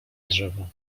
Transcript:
drzewo